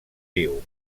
viu